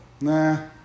nah